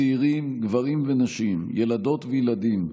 צעירים, גברים ונשים, ילדות וילדים,